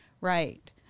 right